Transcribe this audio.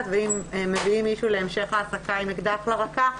ואם מביאים מישהו להמשך העסקה עם אקדח לרקה,